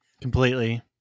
Completely